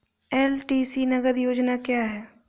LTC नगद योजना क्या है?